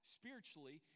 spiritually